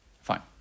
Fine